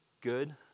good